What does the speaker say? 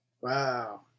wow